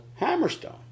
Hammerstone